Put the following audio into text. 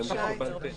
וההליך הוא בעל פה.